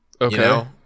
Okay